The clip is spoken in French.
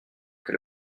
que